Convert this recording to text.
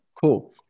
Cool